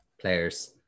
Players